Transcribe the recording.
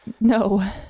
No